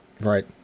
Right